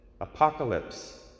apocalypse